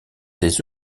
des